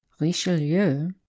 Richelieu